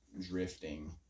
drifting